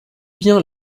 bien